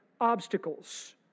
obstacles